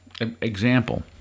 Example